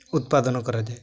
ଉତ୍ପାଦନ କରାଯାଏ